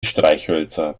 streichhölzer